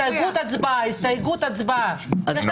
הסתייגות הצבעה, הסתייגות הצבעה.